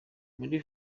muri